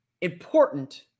important